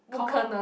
confirm